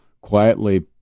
quietly